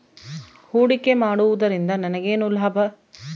ಹೂಡಿಕೆ ಮಾಡುವುದರಿಂದ ನನಗೇನು ಲಾಭ?